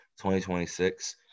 2026 –